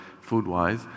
food-wise